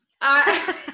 I-